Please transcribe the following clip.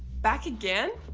back again?